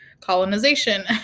colonization